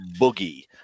Boogie